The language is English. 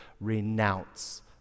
Renounce